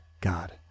God